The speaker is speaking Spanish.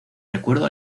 recuerdo